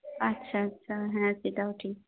আচ্ছা আচ্ছা হ্যাঁ সেটাও ঠিক